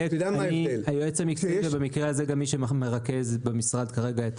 היועץ המקצועי במשרד וגם מי שמרכז כרגע את